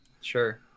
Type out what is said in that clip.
Sure